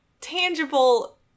tangible